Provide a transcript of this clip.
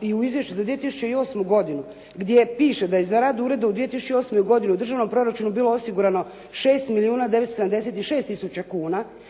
i u izvješću za 2008. godinu gdje piše da je za radu u uredu u 2008. godini u državnom proračunu bilo osigurano 6 milijuna 976 tisuća kuna